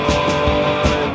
Boy